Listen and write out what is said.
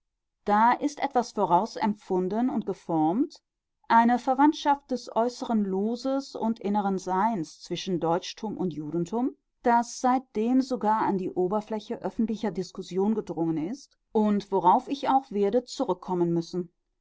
da ist etwas vorausempfunden und geformt eine verwandtschaft des äußeren loses und inneren seins zwischen deutschtum und judentum das seitdem sogar an die oberfläche öffentlicher diskussion gedrungen ist und worauf ich auch werde zurückkommen müssen